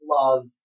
love